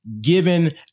given